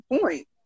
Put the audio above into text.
point